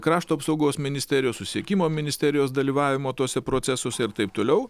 krašto apsaugos ministerijos susisiekimo ministerijos dalyvavimo tuose procesuose ir taip toliau